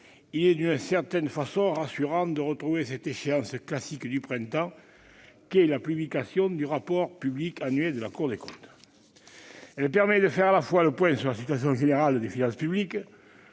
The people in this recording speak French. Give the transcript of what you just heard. il est d'une certaine façon rassurant de retrouver cette échéance classique du printemps qu'est la publication du rapport public annuel de la Cour des comptes. Celle-ci permet à la fois de faire le point sur la situation générale des finances publiques